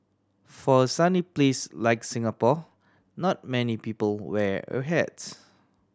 for a sunny place like Singapore not many people wear a hats